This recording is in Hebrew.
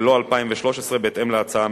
ולא 2013 בהתאם להצעה המקורית.